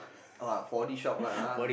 oh uh four D shop lah ah